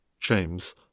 James